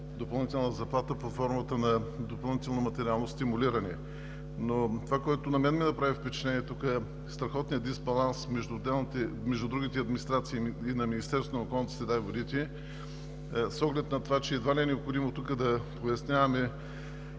допълнителна заплата под формата на допълнително материално стимулиране, но това, което на мен ми направи впечатление тук, е страхотният дисбаланс между другите администрации и тази на Министерството на околната среда и водите. Едва ли е необходимо тук да поясняваме,